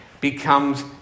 becomes